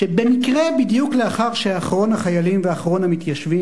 שבמקרה בדיוק לאחר שאחרון החיילים ואחרון המתיישבים